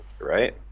right